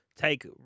take